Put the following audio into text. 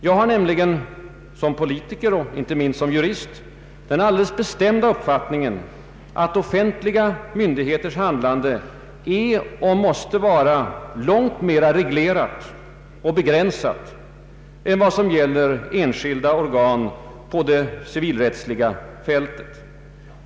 Jag har nämligen som politiker och inte minst som jurist den alldeles bestämda uppfattningen att offentliga myndigheters handlande är och måste vara långt mera reglerat och begränsat än vad som gäller enskilda organ på det civilrättsliga fältet.